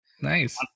Nice